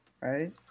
Right